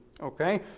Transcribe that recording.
Okay